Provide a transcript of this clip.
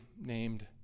named